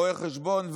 רואה חשבון,